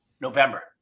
November